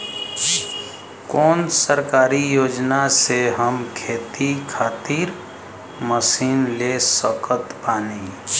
कौन सरकारी योजना से हम खेती खातिर मशीन ले सकत बानी?